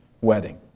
wedding